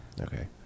okay